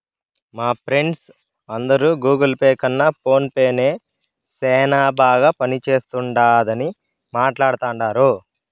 మా ఫ్రెండ్స్ అందరు Google Pay కన్న ఫోన్ పే నే సేనా బాగా పనిచేస్తుండాదని మాట్లాడతాండారు